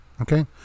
okay